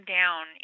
down